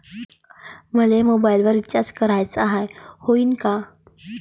मले mobile recharge कराचा हाय, होईनं का?